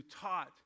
taught